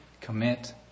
commit